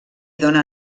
dóna